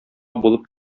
булып